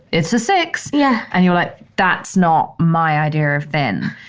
it's a six yeah and you're like, that's not my idea of thin.